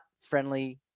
friendly